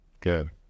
Good